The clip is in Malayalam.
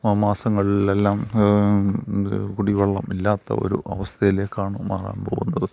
മാസങ്ങളിലെല്ലാം കുടിവെള്ളം ഇല്ലാത്ത ഒരു അവസ്ഥയിലേക്കാണ് മാറാൻ പോകുന്നത്